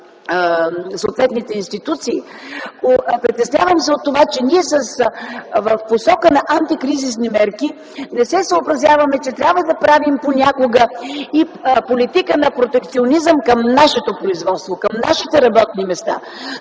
на съответните институции, а от това, че ние в посока на антикризисни мерки не се съобразяваме, че трябва да правим понякога и политика на протекционизъм към нашето производство, към нашите работни места.